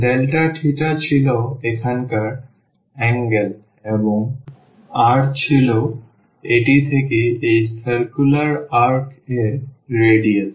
delta theta ছিল এখানকার angle এবং r ছিল এটি থেকে এই circular arc এর রেডিয়াস